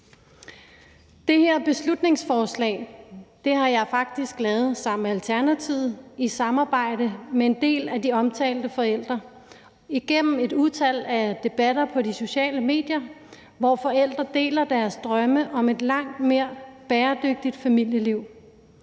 Det her beslutningsforslag har jeg faktisk lavet sammen med Alternativet i samarbejde med en del af de omtalte forældre igennem et utal af debatter på de sociale medier, hvor forældre deler deres drømme om et langt mere bæredygtigt familieliv.